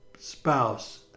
spouse